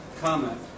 comment